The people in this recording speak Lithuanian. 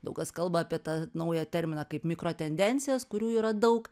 daug kas kalba apie tą naują terminą kaip mikrotendencijos kurių yra daug